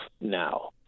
now